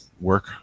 work